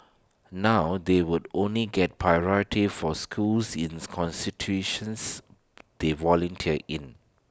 now they will only get priority for schools ins constitutions they volunteer in